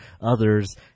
others